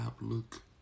look